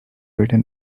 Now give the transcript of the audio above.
written